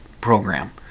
program